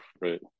right